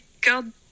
God